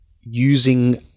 using